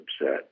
upset